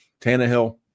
Tannehill